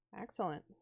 Excellent